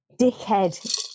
dickhead